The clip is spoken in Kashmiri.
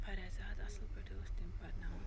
واریاہ زیادٕ اصٕل پٲٹھۍ ٲسۍ تِم پَرناوان